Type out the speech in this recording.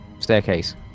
staircase